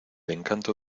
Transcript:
encanto